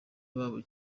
babo